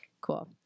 cool